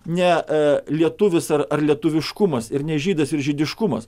ne lietuvis ar lietuviškumas ir ne žydas ir žydiškumas